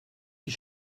die